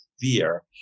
fear